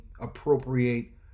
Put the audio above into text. appropriate